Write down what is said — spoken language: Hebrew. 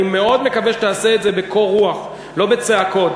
אני מאוד מקווה שתעשה את זה בקור רוח, לא בצעקות.